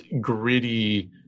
gritty